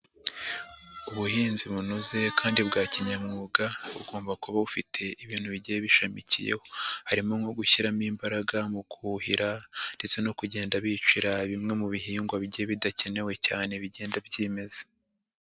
Ubuhinzi bunoze kandi bwa kinyamwuga bugomba kuba bufite ibintu bigiye bishamikiyeho. Harimo nko gushyiramo imbaraga mu kuhira ndetse no kugenda bicira bimwe mu bihingwa bigiye bidakenewe cyane bigenda byimeza.